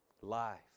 Life